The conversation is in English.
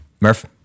Murph